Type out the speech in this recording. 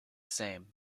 same